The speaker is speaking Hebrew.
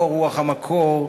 או שרוח המקור,